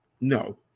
No